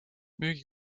müügi